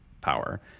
power